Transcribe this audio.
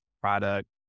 product